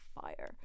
fire